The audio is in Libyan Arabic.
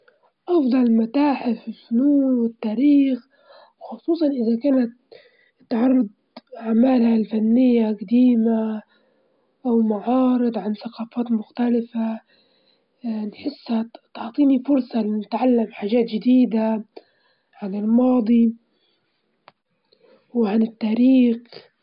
هي أفضل لعبة هي لعبة الشطرنج، نحب كيف تحتاج للتفكير العميق والتحليل، وكل حركة فيها تحدي عقلي ومسلية بنفس الوقت، ولعبة ذكاء ونحسها بتنمي ذكائي وتنشط تفكيري.